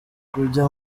kujya